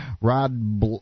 Rod